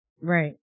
Right